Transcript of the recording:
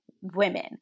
women